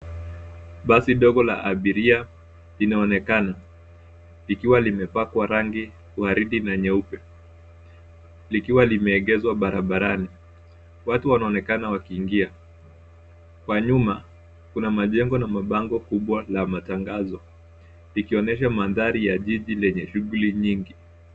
Basi ndogo la abiria linaonekana likiwa limepakwa rangi waridi na nyeupe likiwa limeegezwa barabarani. Watu wanaonekana wakiingia. Kwa nyuma, kuna majengo na mabango kubwa la matangazo likionyesha mandhari ya jiji lenye shughuli nyingi.